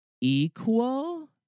equal